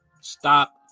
Stop